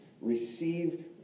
Receive